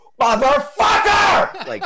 Motherfucker